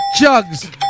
Jugs